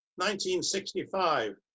1965